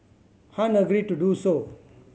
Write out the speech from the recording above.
Han agreed to do so